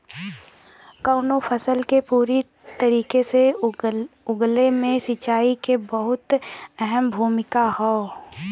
कउनो फसल के पूरी तरीके से उगले मे सिंचाई के बहुते अहम भूमिका हौ